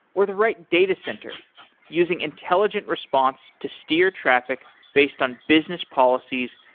or the right data center using intelligent response to steer traffic based on business policies,